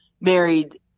married